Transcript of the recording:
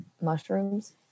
mushrooms